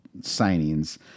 signings